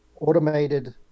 automated